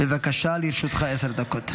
בבקשה, לרשותך עשר דקות.